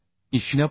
तर मी 0